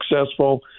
successful